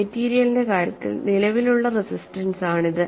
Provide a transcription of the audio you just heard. മെറ്റീരിയലിന്റെ കാര്യത്തിൽ നിലവിലുള്ള റെസിസ്റ്റൻസ് ആണിത്